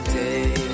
day